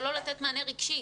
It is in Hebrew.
זה לא לתת מענה רגשי.